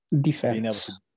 defense